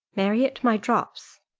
marriott, my drops.